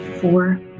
Four